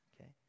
okay